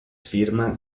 firma